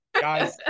Guys